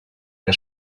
que